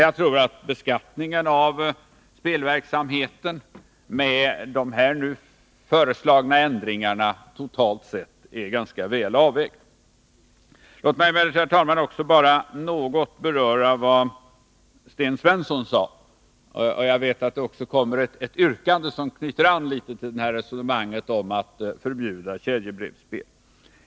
Jag tror att beskattningen av spelverksamheten med de här föreslagna ändringarna är ganska väl avvägd. Låt mig, herr talman, också något beröra det som Sten Svensson sade. Jag vet att det kommer att framföras ett yrkande som knyter an till förslaget om att förbjuda kedjebrevsspel.